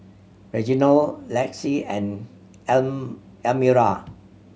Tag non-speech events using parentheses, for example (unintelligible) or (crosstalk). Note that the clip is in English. Reginald Lexi and (unintelligible) Elmyra